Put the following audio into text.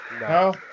No